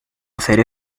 hacer